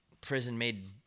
prison-made